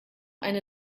eine